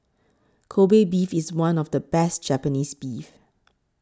Kobe Beef is one of the best Japanese beef